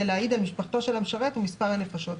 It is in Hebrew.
להעיד על משפחתו של המשרת ועל מספר הנפשות בה.